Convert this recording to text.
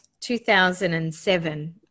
2007